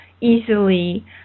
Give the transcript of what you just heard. easily